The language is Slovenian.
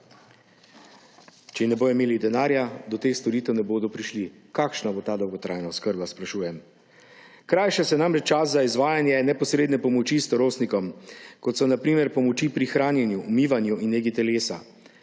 Če ne bodo imeli denarja, do teh storitev ne bodo prišli. Kakšna bo takšna dolgotrajna oskrba, sprašujem. Krajša se namreč čas za izvajanje neposredne pomoči starostnikom, kot so na primer pomoči pri hranjenju, umivanju in negi telesa.